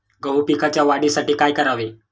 गहू पिकाच्या वाढीसाठी काय करावे?